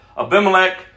Abimelech